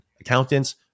Accountants